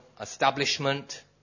establishment